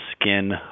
skin